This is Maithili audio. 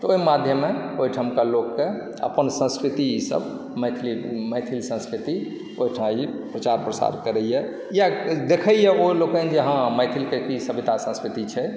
तऽ ओहि माध्यमे ओहिठुनका लोकके अपन संस्कृति इसभ मैथिल मैथिली संस्कृति ओहिठाँ ई प्रचार प्रसार करै यऽ या देखै यऽ ओ लोकनि जे हँ मैथिलके की सभ्यता संस्कृति छै